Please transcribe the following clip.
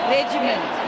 Regiment